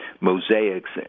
mosaics